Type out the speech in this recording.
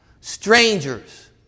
strangers